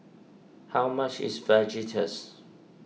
how much is Fajitas